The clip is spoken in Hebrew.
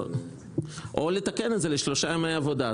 או לתקן את זה לשלושה ימי עבודה,